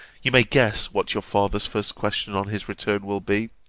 you may guess what your father's first question on his return will be.